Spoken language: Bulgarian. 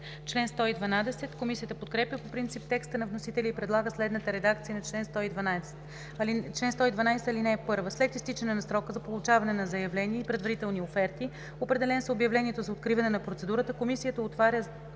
Раздел X. Комисията подкрепя по принцип текста на вносителя и предлага следната редакция на чл. 112: „Чл. 112. (1) След изтичане на срока за получаване на заявления и предварителни оферти, определен с обявлението за откриване на процедурата, комисията отваря